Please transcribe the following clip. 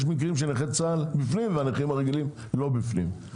יש מקרים שנכי צה"ל בפנים והנכים הרגילים לא בפנים,